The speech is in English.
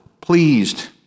pleased